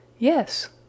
Yes